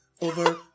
over